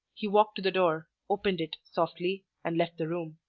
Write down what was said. he walked to the door, opened it, softly, and left the room.